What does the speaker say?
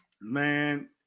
man